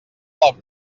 del